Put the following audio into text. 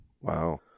Wow